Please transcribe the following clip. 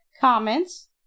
comments